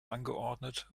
angeordnet